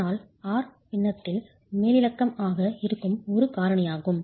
ஆனால் R பின்னத்தில் மேலிலக்கம் ஆக இருக்கும் ஒரு காரணியாகும்